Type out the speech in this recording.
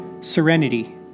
serenity